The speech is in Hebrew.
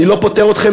אני לא פוטר אתכם,